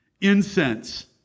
incense